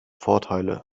vorteile